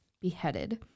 beheaded